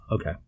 Okay